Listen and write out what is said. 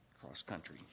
cross-country